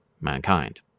mankind